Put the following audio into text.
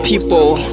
People